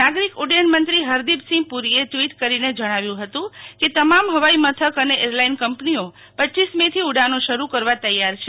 નાગરીક ઉડડયન મંત્રી હરદીપસિંહ પુરોએ ટવોટ કરોને જણાવ્યું હતું કે તમામ હવાઈ મથક અને એરલાઈન કંપનીઓ રપ મે થી ઉડાનો શરૂ કરવા તૈયાર છે